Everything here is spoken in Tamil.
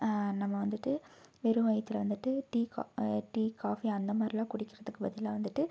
நம்ம வந்துட்டு வெறும் வயிற்றுல வந்துட்டு டீ கா டீ காஃபி அந்த மாதிரிலாம் குடிக்கிறதுக்கு பதிலாக வந்துட்டு